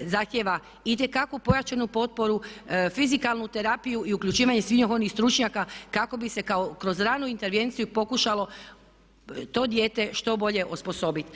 zahtijeva itekako pojačanu potporu, fizikalnu terapiju i uključivanje svih onih stručnjaka kako bi se kao kroz ranu intervenciju pokušalo to dijete što bolje osposobiti.